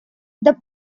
the